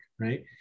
right